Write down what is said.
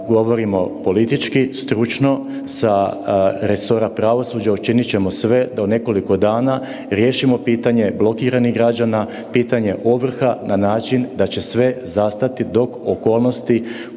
govorimo politički, stručno sa resora pravosuđa učinit ćemo sve da u nekoliko dana riješimo pitanje blokiranih građana, pitanje ovrha na način da će sve zastati dok okolnosti